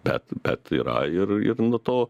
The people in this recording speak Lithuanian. bet bet yra ir ir nu to